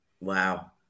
Wow